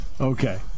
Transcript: okay